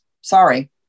Sorry